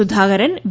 Sudhakaran V